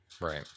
right